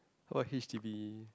what h_d_b